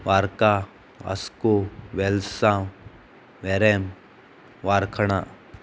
वार्का अस्को वेलसांव वॅरेम वारखाणा